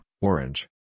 orange